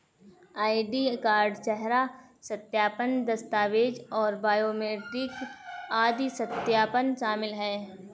ID card, चेहरा सत्यापन, दस्तावेज़ और बायोमेट्रिक आदि सत्यापन शामिल हैं